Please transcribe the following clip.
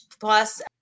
plus